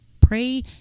pray